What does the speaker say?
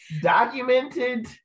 documented